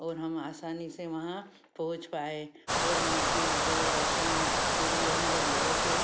और हम आसानी से वहाँ पहुँच पाए और वहाँ की देव दर्शन के लिए हम जब गए थे